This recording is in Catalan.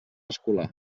escolà